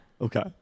Okay